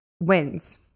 wins